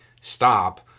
stop